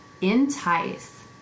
Entice